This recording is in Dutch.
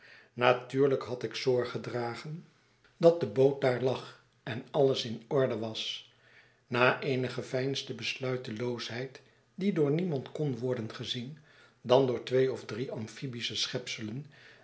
natuurlijk had ik zorg gedragen dat de boot daar lag en alles in orde was na eene geveinsde besluiteloosheid die door niemand kon worden gezien dan door twee of drie amphibische schepselen